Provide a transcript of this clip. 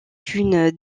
une